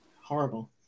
horrible